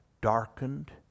darkened